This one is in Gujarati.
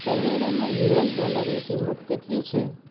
કેનેડામાં યુએસ ડોલરની કિંમત કેટલી છે